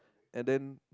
and then